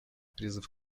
призыв